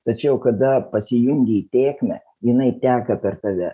tačiau kada pasijungi į tėkmę jinai teka per tave